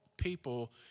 people